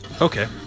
Okay